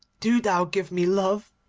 do thou give me love.